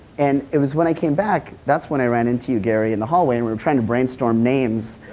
and it was when i came back, thatis when i ran into you, gary, in the hallway and we were trying to brainstorm names.